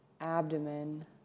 Abdomen